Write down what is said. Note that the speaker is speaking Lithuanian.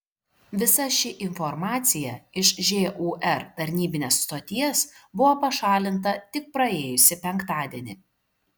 visa ši informacija iš žūr tarnybinės stoties buvo pašalinta tik praėjusį penktadienį